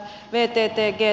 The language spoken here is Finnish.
vtt gtk